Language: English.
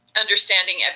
understanding